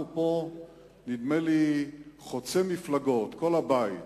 ונדמה לי שזה חוצה מפלגות: כל הבית,